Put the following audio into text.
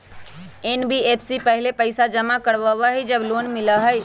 NBFC पहले पईसा जमा करवहई जब लोन मिलहई?